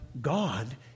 God